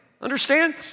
Understand